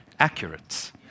accurate